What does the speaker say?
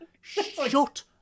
shut